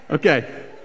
Okay